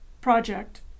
project